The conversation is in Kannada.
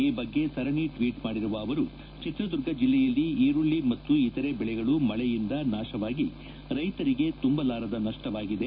ಈ ಬಗ್ಗೆ ಸರಣಿ ಟ್ವೀಟ್ ಮಾಡಿರುವ ಅವರು ಚಿತ್ರದುರ್ಗ ಜಿಲ್ಲೆಯಲ್ಲಿ ಈರುಳ್ಳಿ ಮತ್ತು ಇತರೆ ಬೆಳೆಗಳು ಮಳೆಯಿಂದ ನಾಶವಾಗಿ ರೈತರಿಗೆ ತುಂಬಲಾರದ ನಷ್ಟವಾಗಿದೆ